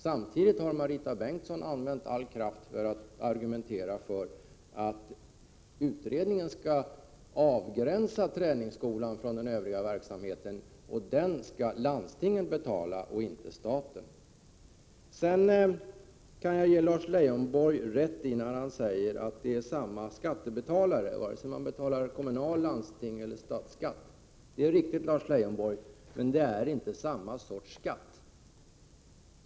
Samtidigt har Marita Bengtsson använt all kraft för att argumentera för att utredningen skall avgränsa träningsskolan från den Övriga verksamheten och att landstinget skall betala den — inte staten. Jag kan ge Lars Leijonborg rätt i att det är samma skattebetalare det handlar om vare sig man betalar kommunaleller landstingsskatt eller statlig skatt. Men det är inte samma sorts skatt.